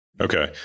Okay